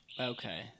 Okay